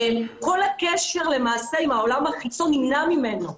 כל הקשר עם העולם החיצון נמנע ממנו.